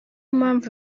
mpamvu